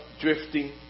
drifting